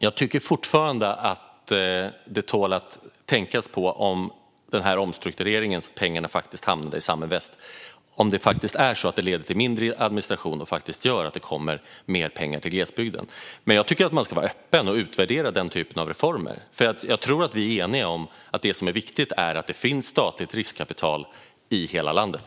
Jag tycker fortfarande att det tål att tänkas på om det leder till mindre administration och mer pengar till glesbygden när omstruktureringens pengar hamnade i Saminvest. Jag tycker att man ska vara öppen och utvärdera den här typen av reformer, för jag tror att vi är eniga om att det viktiga är att det finns statligt riskkapital i hela landet.